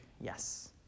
yes